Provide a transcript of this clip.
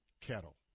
kettle